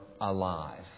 alive